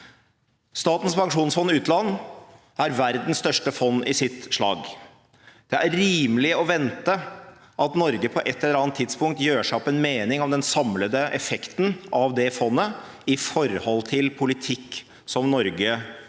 Statens pensjonsfond utland er verdens største fond i sitt slag. Det er rimelig å vente at Norge på ett eller annet tidspunkt gjør seg opp en mening om den samlede effekten av det fondet i forhold til politikk som Norge